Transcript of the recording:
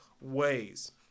ways